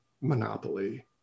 Monopoly